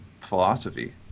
philosophy